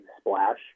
splash